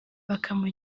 bakamuha